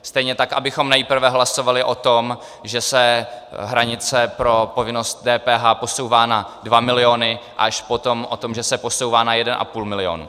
Stejně tak abychom nejprve hlasovali o tom, že se hranice pro povinnost DPH posouvá na 2 miliony, a až potom o tom, že se posouvá na 1,5 milionu.